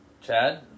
Chad